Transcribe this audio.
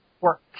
work